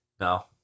no